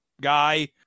guy